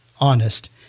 honest